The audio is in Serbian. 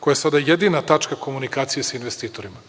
koja je sada jedina tačka komunikacije sa investitorima.